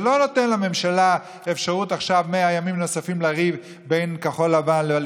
זה לא נותן לממשלה אפשרות עכשיו לריב 100 ימים נוספים,